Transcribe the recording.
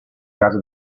case